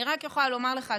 אני רק יכולה לומר לך,